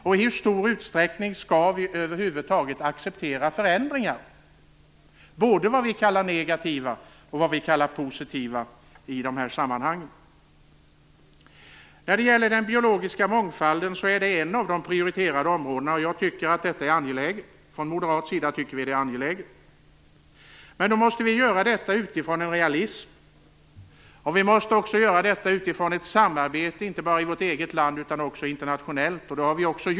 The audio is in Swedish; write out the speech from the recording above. I hur stor utsträckning skall vi över huvud taget acceptera förändringar, både det vi kallar negativa och det vi kallar positiva förändringar, i de här sammanhangen? Den biologiska mångfalden är ett av de prioriterade områdena. Från moderat sida tycker vi att det är angeläget. Men då måste vi göra detta utifrån en realism, och vi måste göra det utifrån ett samarbete inte bara i vårt eget land utan också internationellt.